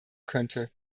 könnte